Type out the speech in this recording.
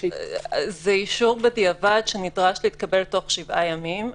זה אישור בדיעבד שנדרש להתקבל תוך שבעה ימים.